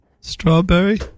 Strawberry